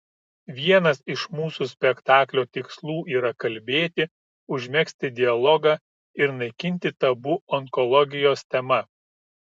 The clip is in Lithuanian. vienas iš mūsų spektaklio tikslų yra kalbėti užmegzti dialogą ir naikinti tabu onkologijos tema